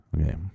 Okay